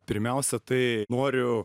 pirmiausia tai noriu